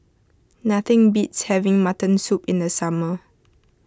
nothing beats having Mutton Soup in the summer